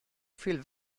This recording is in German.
viel